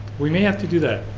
we may have to do that.